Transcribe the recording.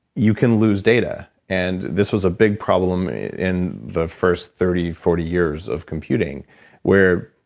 you can lose data and this was a big problem in the first thirty, forty years of computing where